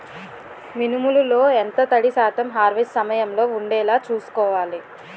మినుములు లో ఎంత తడి శాతం హార్వెస్ట్ సమయంలో వుండేలా చుస్కోవాలి?